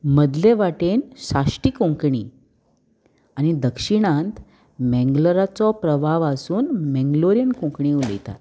मदले वाटेन शाश्टी कोंकणी आनी दक्षिणांत मेंगलोराचो प्रभाव आसून मेंगलोरियन कोंकणी उलयतात